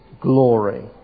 glory